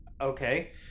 Okay